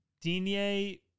Dinier